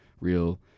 real